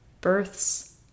births